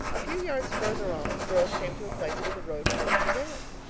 a few yards further on the girls came to a place where the road forked again.